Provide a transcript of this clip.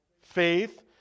faith